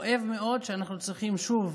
כואב מאוד שאנחנו צריכים שוב,